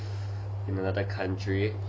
in another country